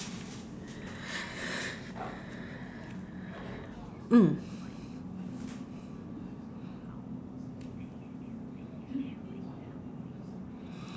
mm